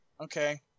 Okay